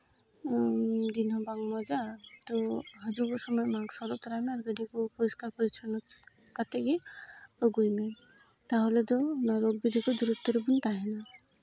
ᱫᱤᱱ ᱦᱚᱸᱵᱟᱝ ᱢᱚᱡᱽᱼᱟ ᱛᱚ ᱦᱤᱡᱩᱜᱚᱜ ᱥᱚᱢᱚᱭ ᱢᱟᱠᱥ ᱟᱹᱜᱩ ᱛᱚᱨᱟᱭ ᱢᱮ ᱟᱨ ᱜᱟᱹᱰᱤ ᱠᱚ ᱯᱚᱨᱤᱥᱠᱟᱨ ᱯᱚᱨᱤᱪᱷᱚᱱᱱᱚ ᱠᱟᱛᱮ ᱜᱮ ᱟᱹᱜᱩᱭ ᱢᱮ ᱛᱟᱦᱚᱞᱮ ᱫᱚ ᱨᱳᱜᱽ ᱵᱤᱫᱷᱤ ᱠᱷᱚᱱ ᱫᱩᱨᱚᱛᱛᱚ ᱨᱮᱵᱚᱱ ᱛᱟᱦᱮᱱᱟ